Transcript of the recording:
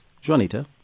Juanita